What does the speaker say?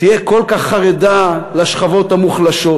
תהיה כל כך חרדה לשכבות המוחלשות,